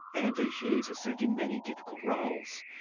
andrews hughes has sat in many difficult roles,